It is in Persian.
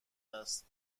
است